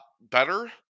better